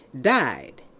died